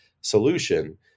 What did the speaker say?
solution